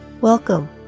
Welcome